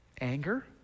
Anger